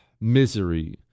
misery